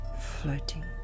floating